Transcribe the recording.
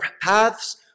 paths